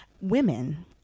women